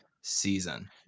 season